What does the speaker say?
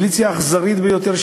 כמיליציה אכזרית ביותר,